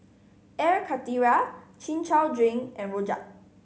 Air Karthira Chin Chow drink and rojak